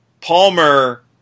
Palmer